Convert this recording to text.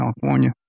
California